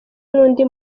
n’undi